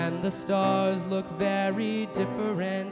way the stars look very different